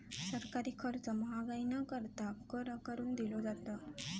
सरकारी खर्च महागाई न करता, कर आकारून दिलो जाता